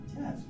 Yes